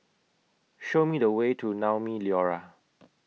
Show Me The Way to Naumi Liora